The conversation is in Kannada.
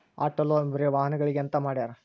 ಅಟೊ ಲೊನ್ ಬರೆ ವಾಹನಗ್ಳಿಗೆ ಅಂತ್ ಮಾಡ್ಯಾರ